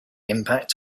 impact